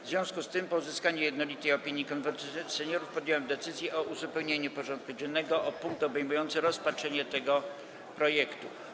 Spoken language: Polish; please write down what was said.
W związku z tym, po uzyskaniu jednolitej opinii Konwentu Seniorów, podjąłem decyzję o uzupełnieniu porządku dziennego o punkt obejmujący rozpatrzenie tego projektu.